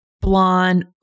blonde